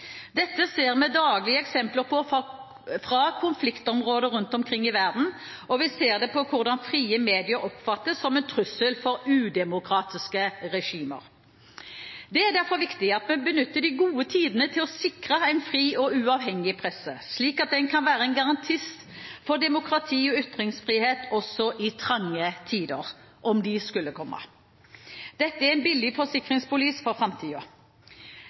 Dette ser vi daglig eksempler på fra konfliktområder rundt omkring i verden, og vi ser det på hvordan frie medier oppfattes som en trussel for udemokratiske regimer. Det er derfor viktig at vi benytter de gode tidene til å sikre en fri og uavhengig presse, slik at den kan være en garantist for demokrati og ytringsfrihet også i trange tider – om de skulle komme. Dette er en billig forsikringspolise for